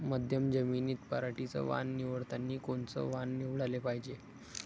मध्यम जमीनीत पराटीचं वान निवडतानी कोनचं वान निवडाले पायजे?